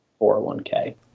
401k